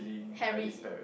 Harry